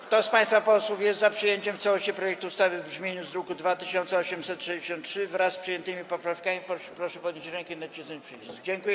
Kto z państwa posłów jest za przyjęciem w całości projektu ustawy w brzmieniu z druku nr 2863, wraz z przyjętymi poprawkami, proszę podnieść rękę i nacisnąć przycisk.